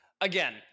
again